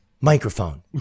microphone